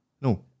No